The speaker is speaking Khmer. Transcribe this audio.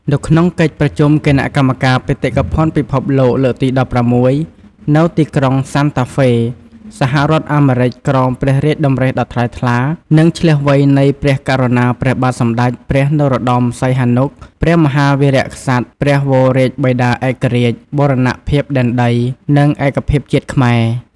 នៅក្នុងកិច្ចប្រជុំគណ:កម្មការបេតិកភណ្ឌពិភពលោកលើកទី១៦ នៅទីក្រុងសាន់តាហ្វេ សហរដ្ឋអាមេរិកក្រោមព្រះរាជតម្រិៈដ៏ថ្លៃថ្លា និងឈ្លាសវៃនៃព្រះករុណាព្រះបាទសម្តេចព្រះ នរោត្តម សីហនុ ព្រះមហាវីរក្សត្រព្រះវររាជបិតាឯករាជ្យ បូរណភាពដែនដី និង ឯកភាពជាតិខ្មែរ។